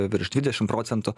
virš dvidešimt procentų